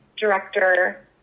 director